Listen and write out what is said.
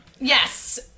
Yes